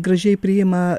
gražiai priima